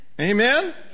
Amen